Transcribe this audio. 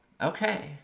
okay